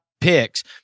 Picks